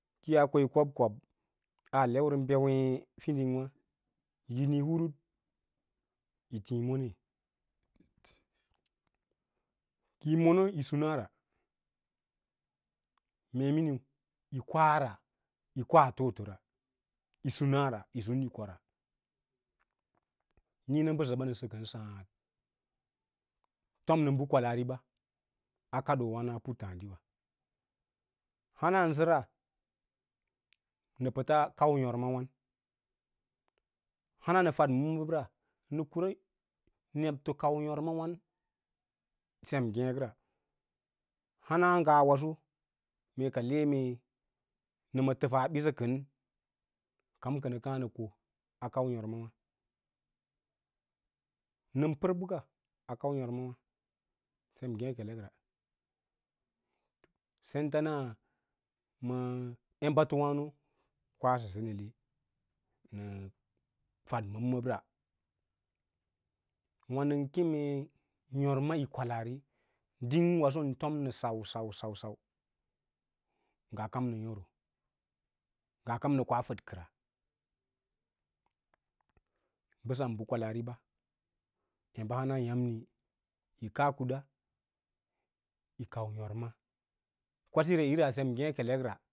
Kiyaa ko yi kab kob aa leure bewěě fiding wâ kiyi niĩ hurud yí tiĩ monee, ki mono yi sun ara mee mīniu yi koa ra yí koa toꞌoto yī suna ra yí sum yi kora nííina bəsəɓa nə səkən sǎǎd tom nə bə kwəaariɓa a kaɗou wǎno a puttǎǎdiwa. Hanan səra nə pəta kau yôrmawan hana nəfad məbməb ra nə kura nebto kau yôrmavan sem ngekra hana ngaa waso mee ka le mee nə ma təfas ɓisa kən, kama kənə kǎǎ nə koa kau yôrmawâ nən pər bəka a kau yírmawa ben ngekelekra sentana ma embatowâna yi kwasoye nə leꞌe nə faɗ məb məb ra wâ nən keme yôrma yi kwalaari ɗing waso ən tom nə sau sau sau sau ngaa kam nə yôro, ngaa kam nə koa fəd kəra bəsan bə kwalaari ɓa emba hanayâmui yi kaa kuɗa yi kau yorma kwasira sem ngêkelekra.